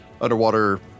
underwater